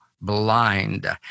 blind